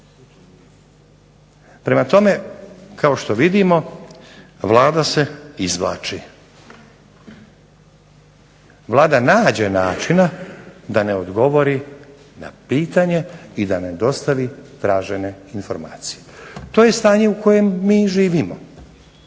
Prema tome, kao što vidimo vlada se izvlači. Vlada nađe načina da ne odgovori na pitanje i da ne dostavi tražene informacije, to je stanje u kojem mi živimo,